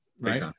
right